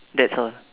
that's all